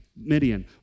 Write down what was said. Midian